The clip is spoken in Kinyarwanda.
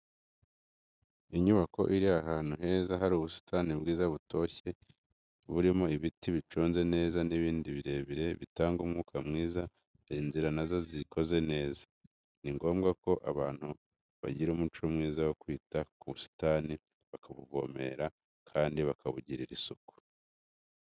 Inyubako iri ahantu heza hari ubusitani bwiza butoshye burimo ibiti biconze neza n'ibindi birebire bitanga umwuka mwiza hari inzira na zo zikoze neza. Ni ngombwa ko abantu bagira umuco mwiza wo kwita ku busitani bakabuvomerera, kandi bakabugirira isuku.